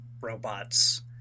robots